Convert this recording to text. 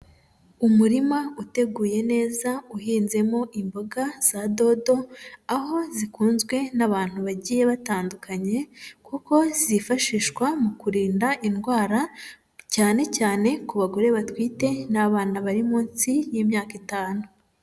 Umurima uteguye neza, uhinzemo imboga za dodo, aho zikunzwe n'abantu bagiye batandukanye kuko zifashishwa mu kurinda indwara, cyane cyane ku bagore batwite n'abana bari munsi y'imyaka itanu.